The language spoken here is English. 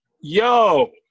Yo